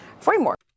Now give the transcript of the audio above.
framework